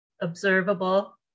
observable